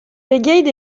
pegeit